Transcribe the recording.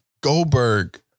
Goldberg